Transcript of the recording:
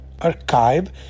archive